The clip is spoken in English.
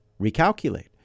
recalculate